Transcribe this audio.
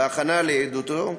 בהכנה לעדותו,